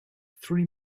three